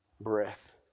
breath